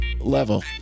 level